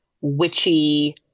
witchy